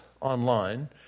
online